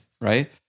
right